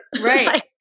Right